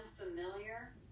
unfamiliar